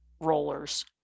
rollers